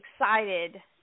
excited